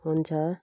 हुन्छ